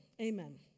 Amen